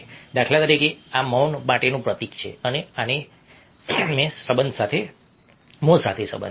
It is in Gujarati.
દાખલા તરીકે આ મૌન માટેનું પ્રતીક છે અને આને મોં સાથે સંબંધ છે